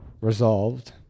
resolved